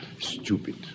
stupid